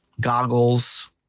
Goggles